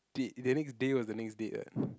date the next day was the next date what